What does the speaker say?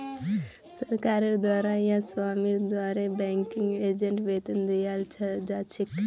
सरकारेर द्वारे या स्वामीर द्वारे बैंकिंग एजेंटक वेतन दियाल जा छेक